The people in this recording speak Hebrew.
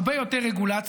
הרבה יותר רגולציה,